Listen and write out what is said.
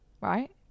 right